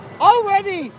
Already